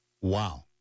Wow